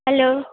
hello